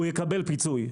הוא יקבל פיצוי,